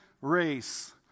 race